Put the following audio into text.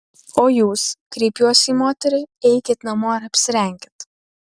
o jūs kreipiuos į moterį eikit namo ir apsirenkit